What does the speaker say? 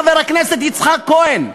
חבר הכנסת יצחק כהן,